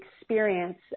experience